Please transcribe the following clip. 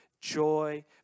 Joy